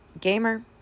gamer